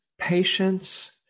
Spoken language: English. patience